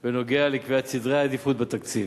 בנוגע לקביעת סדרי עדיפויות בתקציב.